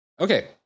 Okay